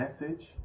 message